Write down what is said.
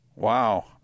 Wow